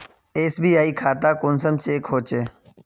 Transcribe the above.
SBI खाता कुंसम check होचे?